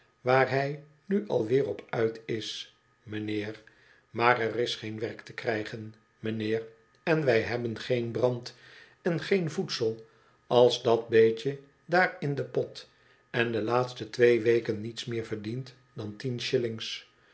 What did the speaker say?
waar hij nu al weer op uit is mijnheer maar er is geen werk te krijgen mijnheer en wij hebben geen brand en geen voedsel als dat beetje daar in den pot on de laatste twee weken niets meer verdiend dan tien